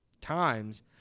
times